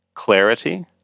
Clarity